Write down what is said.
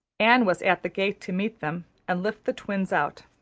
anne was at the gate to meet them and lift the twins out.